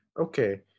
Okay